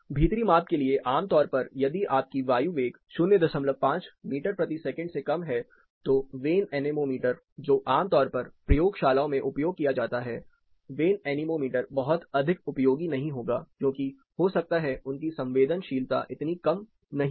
भीतरी माप के लिए आम तौर पर यदि आपकी वायु वेग 05 मीटर प्रति सेकंड से कम है तो वेन एनेमोमीटर जो आमतौर पर प्रयोगशालाओं में उपयोग किया जाता है वेन एनीमोमीटर बहुत अधिक उपयोगी नहीं होगा क्योंकि हो सकता है उनकी संवेदनशीलता इतनी कम नहीं हो